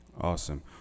Awesome